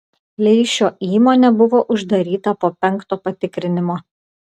leišio įmonė buvo uždaryta po penkto patikrinimo